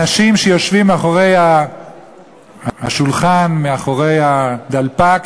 אנשים שיושבים מאחורי השולחן, מאחורי הדלפק,